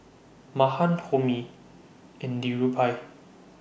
Mahan Homi and Dhirubhai